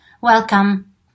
Welcome